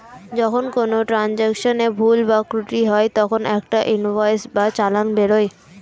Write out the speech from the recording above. যখন কোনো ট্রান্জাকশনে ভুল বা ত্রুটি হয় তখন একটা ইনভয়েস বা চালান বেরোয়